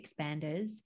expanders